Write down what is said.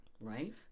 Right